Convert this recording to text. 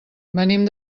venim